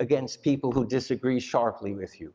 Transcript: against people who disagree sharply with you.